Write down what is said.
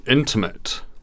Intimate